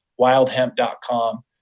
wildhemp.com